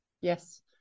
Yes